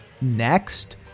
next